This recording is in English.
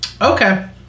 Okay